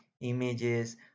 images